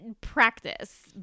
practice